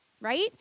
right